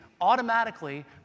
automatically